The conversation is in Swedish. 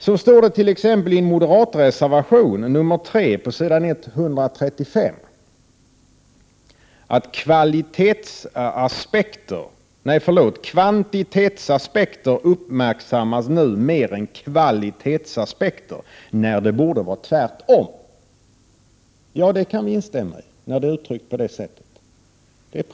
Så t.ex står det i moderatreservation nr 3 på s. 135 att ”kvantitetsaspekter uppmärksammas mer än kvalitetsaspekter när det borde vara tvärtom”. Vi kan instämma i det när det är uttryckt på det sättet.